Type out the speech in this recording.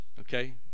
okay